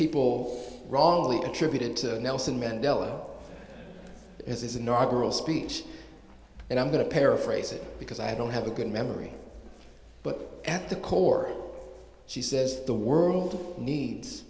people wrongly attributed to nelson mandela as his inaugural speech and i'm going to paraphrase it because i don't have a good memory but at the core she says the world needs